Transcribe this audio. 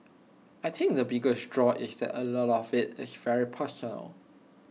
I think the biggest draw is that A lot of IT is very personal